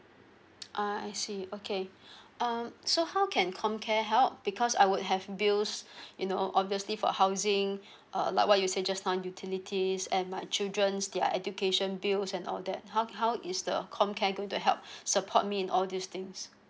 ah I see okay um so how can comcare help because I would have bills you know obviously for housing uh like what you said just now utilities and my children's their education bills and all that how how is the comcare going to help support me in all these things